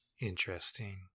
interesting